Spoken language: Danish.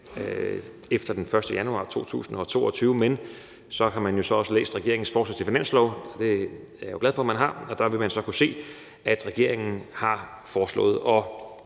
efter den 1. januar 2022, men så kan man jo også i regeringens forslag til finanslov læse – og det er jeg glad for man har – at regeringen har foreslået at